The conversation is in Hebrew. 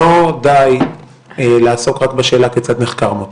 לא די לעסוק רק בשאלה כיצד נחקר מותו.